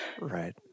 right